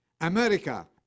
America